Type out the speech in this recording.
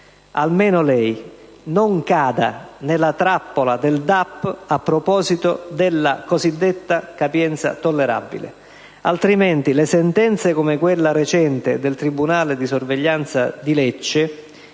almeno lei non cada nella trappola del DAP sulla cosiddetta capienza tollerabile, altrimenti le sentenze come quella recente del tribunale di sorveglianza di Lecce,